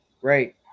Great